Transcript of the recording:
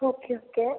okay okay